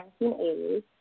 1980s